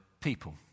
people